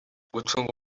gucunga